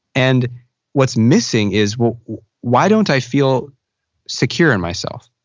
and what's missing is why don't i feel secure in myself?